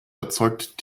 erzeugt